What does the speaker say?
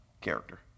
character